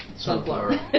Sunflower